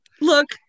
Look